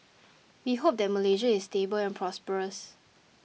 we hope that Malaysia is stable and prosperous